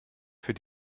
für